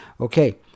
Okay